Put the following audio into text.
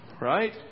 right